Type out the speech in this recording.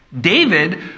David